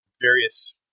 various